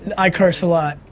i curse a lot.